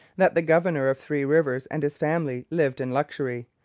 that the governor of three rivers and his family lived in luxury.